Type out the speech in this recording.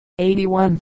81